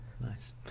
nice